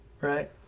right